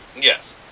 yes